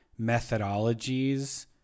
methodologies